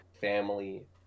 family